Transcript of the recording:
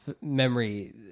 memory